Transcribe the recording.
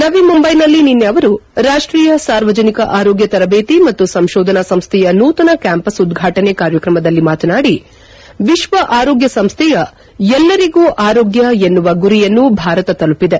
ನವಿ ಮುಂಬೈನಲ್ಲಿ ನಿನ್ನೆ ಅವರು ರಾಷ್ಟೀಯ ಸಾರ್ವಜನಿಕ ಆರೋಗ್ಯ ತರಬೇತಿ ಮತ್ತು ಸಂಶೋಧನಾ ಸಂಸ್ವೆಯ ನೂತನ ಕ್ಕಾಂಪಸ್ ಉದ್ಘಾಟನೆ ಕಾರ್ಯಕ್ರಮದಲ್ಲಿ ಮಾತನಾಡಿ ವಿಶ್ವ ಆರೋಗ್ಯ ಸಂಸ್ವೆಯ ಎಲ್ಲರಿಗೂ ಆರೋಗ್ಯ ಎನ್ನುವ ಗುರಿಯನ್ನು ಭಾರತ ತಲುಪಿದೆ